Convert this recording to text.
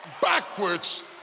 backwards